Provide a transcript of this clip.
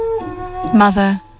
Mother